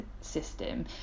system